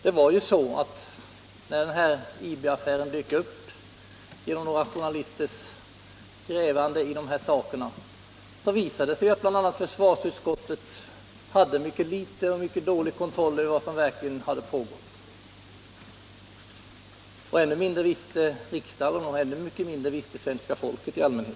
När den s.k. IB-affären dök upp genom några journalisters grävande, visade det sig att bl.a. försvarsutskottet hade mycket liten och dålig kontroll över vad som pågick. Ännu mindre visste riksdagen och svenska folket i all mänhet.